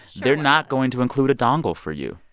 they're not going to include a dongle for you.